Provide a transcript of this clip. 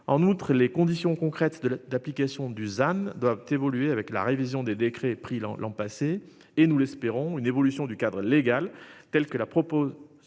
en outre les conditions concrètes de la d'application du doivent évoluer avec la révision des décrets pris l'an l'an passé et nous l'espérons, une évolution du cadre légal, telle que la propose.